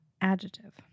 Adjective